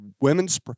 women's